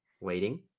waiting